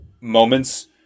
moments